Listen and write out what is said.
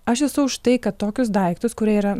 aš esu už tai kad tokius daiktus kurie yra